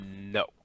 No